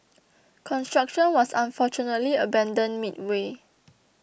construction was unfortunately abandoned midway